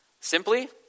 Simply